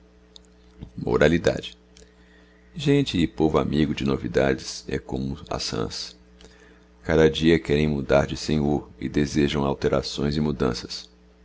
e povo amigo de novidades he como as rãs cada dia querem mudar de senhor e desejão alterações é mudanças